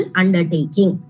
undertaking